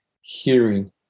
hearing